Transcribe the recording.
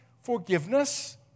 forgiveness